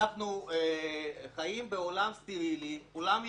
ואנחנו חיים בעולם סטרילי, עולם יפה,